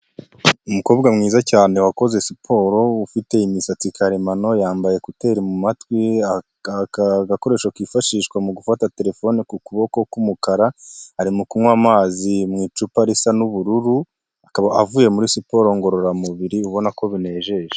Umukobwa mwiza cyane wakoze siporo ufite imisatsi karemano, yambaye kuteri mu matwi agakoresho kifashishwa mu gufata terefone ku kuboko k'umukara, arimo kunywa amazi mu icupa risa n'ubururu, akaba avuye muri siporo ngororamubiri ubona ko binejeje.